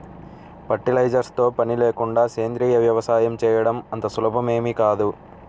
fertilisers తో పని లేకుండా సేంద్రీయ వ్యవసాయం చేయడం అంత సులభమేమీ కాదు